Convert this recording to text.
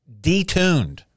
detuned